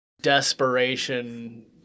desperation